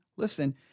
Listen